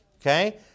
Okay